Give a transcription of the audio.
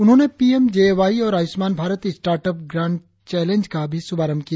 उन्होंने PM JAY और Ayushman Bharat startup grand challenge का भी शुभारंभ किया